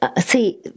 see